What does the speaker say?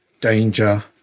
danger